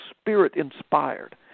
spirit-inspired